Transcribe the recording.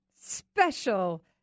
special